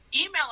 Email